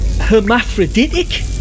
hermaphroditic